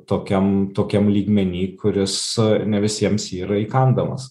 tokiam tokiam lygmeny kuris ne visiems yra įkandamas